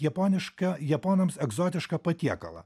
japonišką japonams egzotišką patiekalą